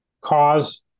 cause